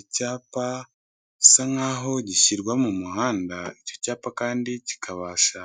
Icyapa gisa nkaho gishyirwa mu muhanda icyo cyapa kandi kikabasha